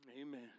Amen